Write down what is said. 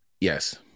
Yes